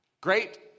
Great